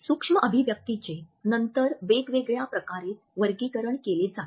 सूक्ष्म अभिव्यक्तीचे नंतर वेगवेगळ्या प्रकारे वर्गीकरण केले जाते